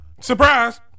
Surprise